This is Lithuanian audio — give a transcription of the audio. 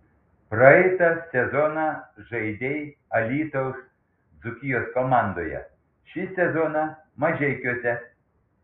praeitą sezoną žaidei alytaus dzūkijos komandoje šį sezoną mažeikiuose